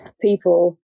people